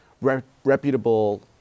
reputable